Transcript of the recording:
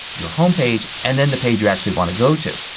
your home page and then the page you actually want to go to.